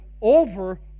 over